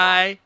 Bye